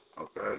Okay